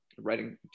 writing